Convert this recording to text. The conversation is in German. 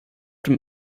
dem